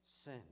sin